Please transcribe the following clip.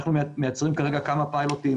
אנחנו מייצרים כרגע כמה פיילוטים,